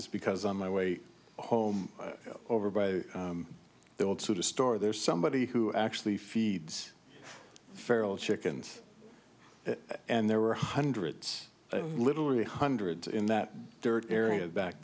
is because on my way home over by their will to the store there's somebody who actually feeds feral chickens and there were hundreds literally hundreds in that area back